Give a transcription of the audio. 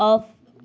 off